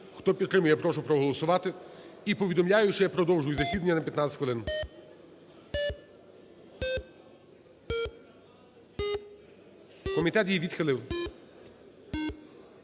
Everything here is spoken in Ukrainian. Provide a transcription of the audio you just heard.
Хто підтримує, я прошу проголосувати. І повідомляю, що я продовжую засідання на 15 хвилин. Комітет її відхилив.